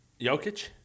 Jokic